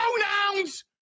pronouns